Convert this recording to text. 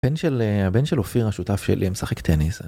הבן של, הבן של אופיר השותף שלי משחק טניס.